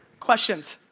questions.